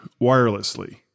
wirelessly